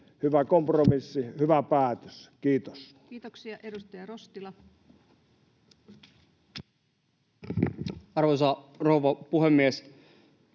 Hyvä kompromissi, hyvä päätös. — Kiitos. Kiitoksia. — Edustaja Rostila. Arvoisa rouva puhemies!